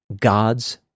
God's